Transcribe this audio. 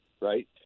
right